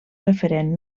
referent